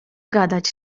gadać